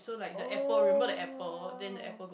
oh